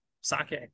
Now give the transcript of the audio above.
sake